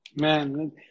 man